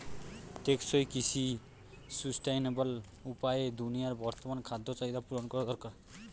টেকসই কৃষি সুস্টাইনাবল উপায়ে দুনিয়ার বর্তমান খাদ্য চাহিদা পূরণ করা দরকার